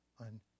on